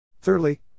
Thirdly